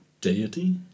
deity